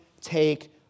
take